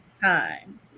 time